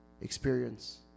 Experience